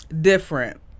different